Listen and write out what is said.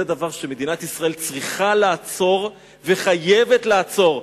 זה דבר שמדינת ישראל צריכה לעצור וחייבת לעצור.